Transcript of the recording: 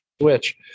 switch